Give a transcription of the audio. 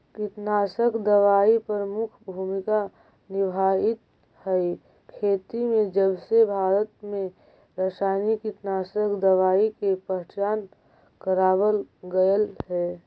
कीटनाशक दवाई प्रमुख भूमिका निभावाईत हई खेती में जबसे भारत में रसायनिक कीटनाशक दवाई के पहचान करावल गयल हे